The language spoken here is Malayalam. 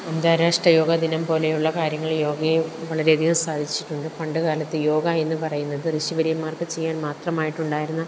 അന്താരാഷ്ട്ര യോഗ ദിനം പോലെയുള്ള കാര്യങ്ങൾ യോഗയെ വളരെയധികം സഹായിച്ചിട്ടുണ്ട് പണ്ട് കാലത്ത് യോഗ എന്നുപറയുന്നത് ഋഷിവര്യന്മാര്ക്ക് ചെയ്യാന് മാത്രമായിട്ട് ഉണ്ടായിരുന്ന